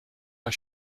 are